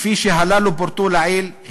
כפי שהללו פורטו לעיל,